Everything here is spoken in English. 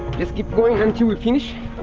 just keep going until